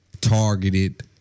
targeted